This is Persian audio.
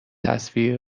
تصویر